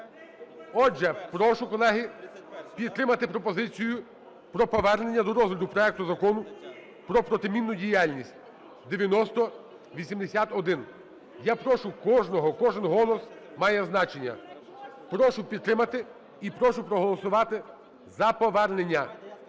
Отже, прошу, колеги, підтримати пропозицію по повернення до розгляду проекту Закону про протимінні діяльність (9080-1). Я прошу кожного, кожен голос має значення. Прошу підтримати і прошу проголосувати за повернення.